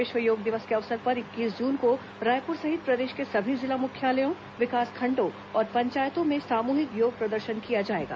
विश्व योग दिवस के अवसर पर इक्कीस जून को रायपुर सहित प्रदेश के सभी जिला मुख्यालयों विकासखंडों और पंचायतों में सामूहिक योग प्रदर्शन किया जाएगा